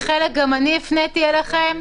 חלק גם אני הפניתי אליכם.